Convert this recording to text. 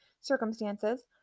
circumstances